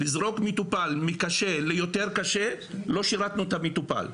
לזרוק מטופל מקשה ליותר קשה לא שירתנו את המטופל.